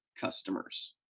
customers